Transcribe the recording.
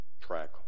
track